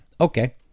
Okay